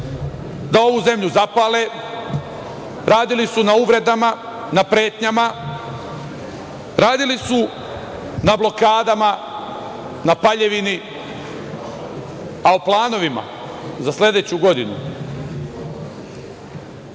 da ovu zemlju zapale. Radili su na uvredama, na pretnjama. Radili su na blokadama, na paljevini, a u planovima za sledeću godinu,